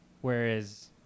Whereas